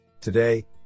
Today